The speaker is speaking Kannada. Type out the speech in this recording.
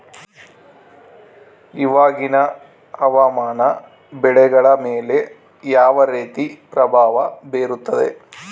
ಇವಾಗಿನ ಹವಾಮಾನ ಬೆಳೆಗಳ ಮೇಲೆ ಯಾವ ರೇತಿ ಪ್ರಭಾವ ಬೇರುತ್ತದೆ?